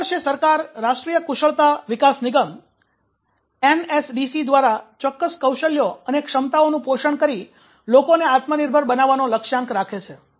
દર વર્ષે સરકાર રાષ્ટ્રીય કુશળતા વિકાસ નિગમ એનએસડીસી દ્વારા ચોક્કસ કૌશલ્યો અને ક્ષમતાઓનું પોષણ કરી લોકોને આત્મનિર્ભર બનાવવાનો લક્ષ્યાંક રાખે છે